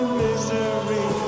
misery